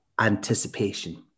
anticipation